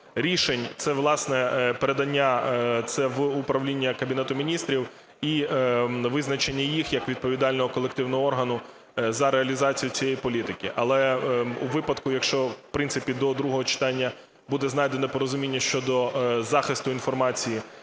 рішень – це, власне, передання це в управління Кабінету Міністрів і визначення їх як відповідального колективного органу за реалізацію цієї політики. Але у випадку, якщо, в принципі, до другого читання буде знайдено порозуміння щодо захисту інформації